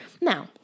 Now